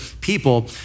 people